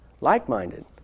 like-minded